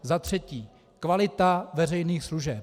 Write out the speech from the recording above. Za třetí kvalita veřejných služeb.